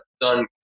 done